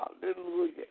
Hallelujah